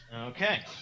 Okay